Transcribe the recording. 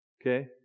Okay